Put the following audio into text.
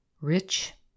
rich